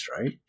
right